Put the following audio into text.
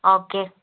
okay